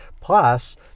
Plus